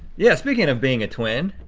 yeah speaking of being a twin,